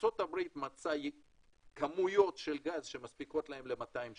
ארצות הברית מצאה כמויות של גז שמספיקות להם ל-200 שנה.